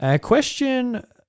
Question